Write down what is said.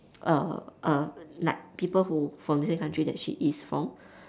err err like people who from the same country that she is from